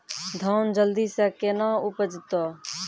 धान जल्दी से के ना उपज तो?